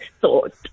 thought